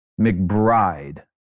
McBride